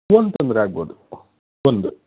phone ತಂದರೆ ಆಗಬಹುದು ಒಂದು